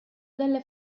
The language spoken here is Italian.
delle